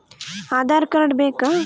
Aadhaar card ಬೇಕಾ?